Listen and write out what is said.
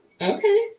Okay